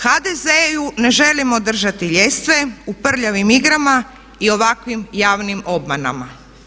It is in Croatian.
HDZ-u ne želimo držati ljestve u prljavim igrama i ovakvim javnim obmanama.